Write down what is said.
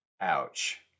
Ouch